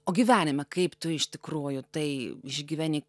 o gyvenime kaip tu iš tikrųjų tai išgyveni